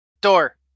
door